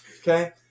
Okay